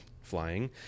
flying